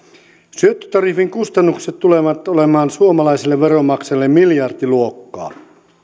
syöttötariffin kustannukset tulevat olemaan suomalaisille veronmaksajille miljardiluokkaa